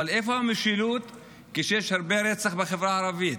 אבל איפה המשילות כשיש הרבה רצח בחברה הערבית?